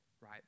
right